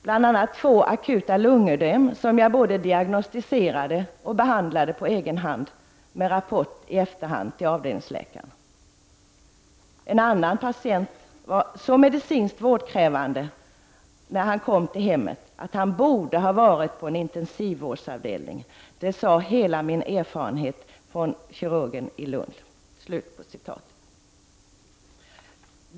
Bl.a. var det två akuta lungödem som jag både diagnostiserade och behandlade på egen hand med rapport i efterhand till avdelningsläkaren. En annan patient var så medicinskt vårdkrävande när han kom till hemmet att han borde ha varit på en intensivvårdsavdelning. Detta sade hela min erfarenhet från kirurgen i Lund.